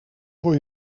voor